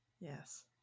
yes